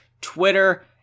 Twitter